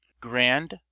Grand